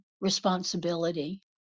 responsibility